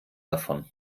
davon